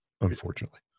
unfortunately